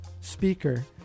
speaker